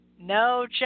no